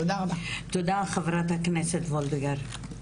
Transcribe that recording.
תודה, חברת הכנסת וולדיגר.